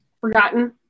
forgotten